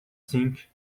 sink